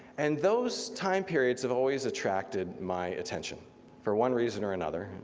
and those time periods have always attracted my attention for one reason or another.